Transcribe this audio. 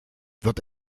wird